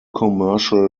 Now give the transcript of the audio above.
commercial